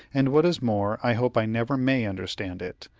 and what is more, i hope i never may understand it.